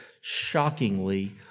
shockingly